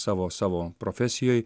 savo savo profesijoj